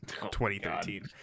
2013